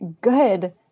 good